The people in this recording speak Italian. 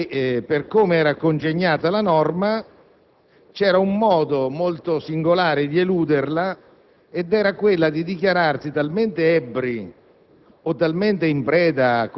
Veniva reso noto che, per come era congegnata la norma, c'era un modo molto singolare di eluderla: dichiararsi talmente ebbri